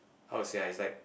how to say ah is like